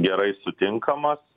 gerai sutinkamas